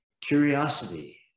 curiosity